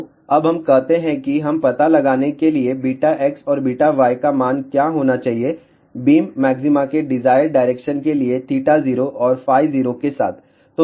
तो अब हम कहते हैं कि हम पता लगाने के लिए βx और βy का मान क्या होना चाहिए बीम मॅक्सिमा के डिजायर्ड डायरेक्शन के लिए θ0 और φ0 के साथ